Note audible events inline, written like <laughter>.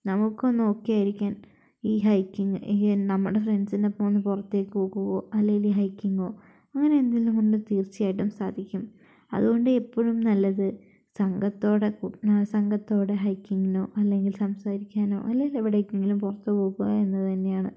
നമുക്കൊന്ന് ഓക്കെയായിരിക്കാൻ ഈ ഹൈക്കിങ്ങ് ഈ നമ്മുടെ ഫ്രണ്ട്സിൻ്റെ ഒപ്പം ഒന്നു പുറത്തേയ്ക്ക് <unintelligible> അല്ലെങ്കിൽ ഈ ഹൈക്കിങ്ങോ അങ്ങനെയെന്തെങ്കിലുംകൊണ്ട് തീർച്ചയായിട്ടും സാധിക്കും അതുകൊണ്ട് എപ്പോഴും നല്ലത് സംഘത്തോടെ സംഘത്തോടെ ഹൈക്കിങ്ങിനോ അല്ലെങ്കിൽ സംസാരിക്കാനോ അല്ലെങ്കിൽ എവിടേക്കെങ്കിലും പുറത്തു പോകുക എന്നതു തന്നെയാണ്